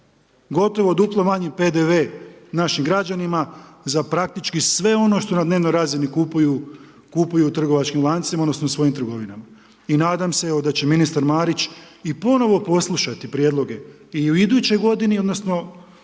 Gotovo duplo manji PDV-e našim građanima za praktički sve ono što na dnevnoj razini kupuju u trgovačkim lancima odnosno svojim trgovinama. I nadam se evo da će ministar Marić i ponovo poslušati prijedloge i u idućoj godini odnosno